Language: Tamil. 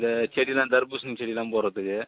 இந்த செடியெல்லாம் தர்பூசணி செடியெல்லாம் போடுறதுக்கு